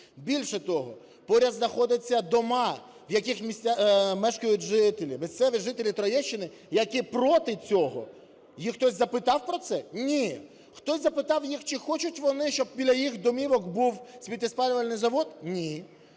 Більше того, поряд знаходяться дома, в яких мешкають жителі – місцеві жителі Троєщини, які проти цього! Їх хтось запитав про це? Ні! Хтось запитав їх, чи хочуть вони, щоб біля їх домівок був сміттєспалювальний завод? Ні.